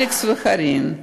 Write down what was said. אלכס וקארין,